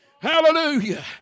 Hallelujah